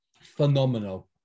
Phenomenal